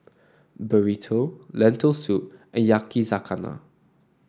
Burrito Lentil Soup Yakizakana